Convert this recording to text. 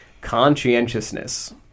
conscientiousness